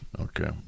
Okay